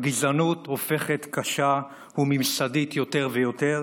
הגזענות הופכת קשה וממסדית יותר ויותר,